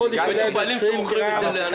ב-20 גרם, ב-40 גרם.